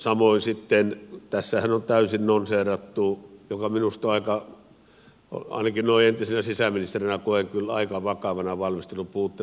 samoin sitten tässähän on täysin nonsaleerattu minkä ainakin noin entisenä sisäministerinä koen kyllä aika vakavana valmistelun puutteena